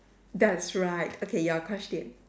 that's right okay your question